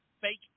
fake